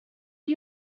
are